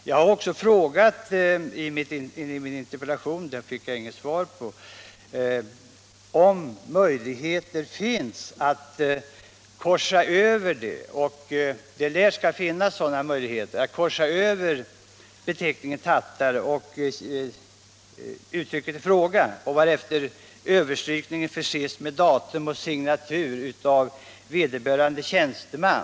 Jag har också frågat i interpellationen — det fick jag inget svar på - om det finns möjligheter att korsa över uttrycket i fråga, varefter överstrykningen förses med datum och signatur av vederbörande tjänsteman.